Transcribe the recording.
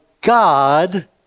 God